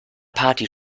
party